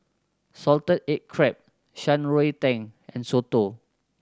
salted egg crab Shan Rui Tang and soto